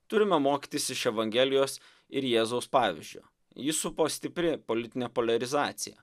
turime mokytis iš evangelijos ir jėzaus pavyzdžiu jį supo stipri politinė poliarizacija